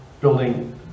building